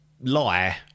lie